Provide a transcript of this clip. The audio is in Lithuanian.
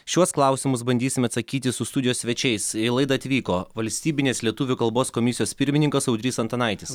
šiuos klausimus bandysime atsakyti su studijos svečiais į laidą atvyko valstybinės lietuvių kalbos komisijos pirmininkas audrys antanaitis